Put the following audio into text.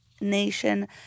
Nation